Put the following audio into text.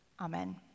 Amen